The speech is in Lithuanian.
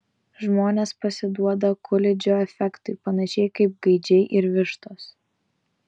žmonės pasiduoda kulidžo efektui panašiai kaip gaidžiai ir vištos